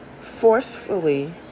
forcefully